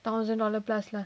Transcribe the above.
thousand dollar plus lah